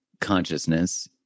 consciousness